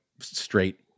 straight